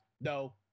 no